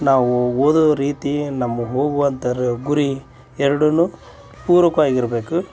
ನಾವೂ ಓದೋ ರೀತಿ ನಮ್ಮ ಹೋಗುವಂಥರ ಗುರಿ ಎರಡೂನು ಪೂರಕವಾಗಿರಬೇಕು